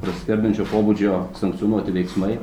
prasiskverbiančio pobūdžio sankcionuoti veiksmai